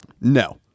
No